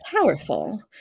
powerful